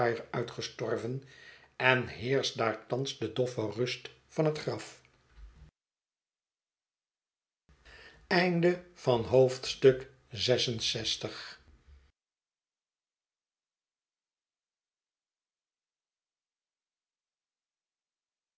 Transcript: uitgestorven en heer scht daar thans de doffe rust van het graf